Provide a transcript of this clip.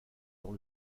dans